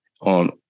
on